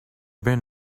been